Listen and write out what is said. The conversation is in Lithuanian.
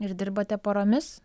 ir dirbate paromis